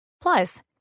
Plus